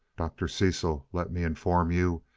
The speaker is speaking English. dr. cecil, let me inform you,